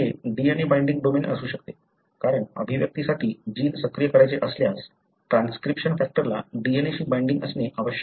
हे DNA binding domain असू शकते कारण अभिव्यक्तीसाठी जीन सक्रिय करायचे असल्यास ट्रान्सक्रिप्शन फॅक्टरला DNA शी बाइंडिंग असणे आवश्यक आहे